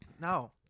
No